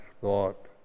thought